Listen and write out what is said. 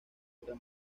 otra